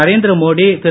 Narendra Modi Thiru